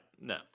No